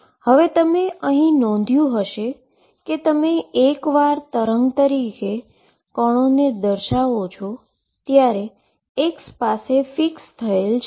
હવે તમે અહી નોંધ્યુ હશે કે તમે એકવાર વેવ તરીકે પાર્ટીકલને દર્શાવો છો ત્યારે x પાસે ફિક્સ થયેલ છે